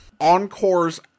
encores